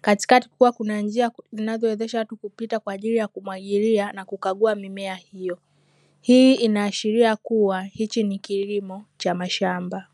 katikati kukiwa kuna njia zinazowezesha kupita kwa ajili ya kumwagilia na kukagua mimea hiyo hii inaashiria kuwa hichi ni kilimo cha maishamba